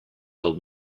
old